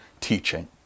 teaching